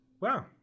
Wow